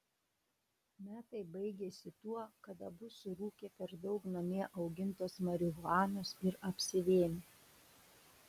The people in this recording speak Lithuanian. metai baigėsi tuo kad abu surūkė per daug namie augintos marihuanos ir apsivėmė